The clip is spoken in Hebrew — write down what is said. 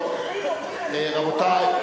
רבותי,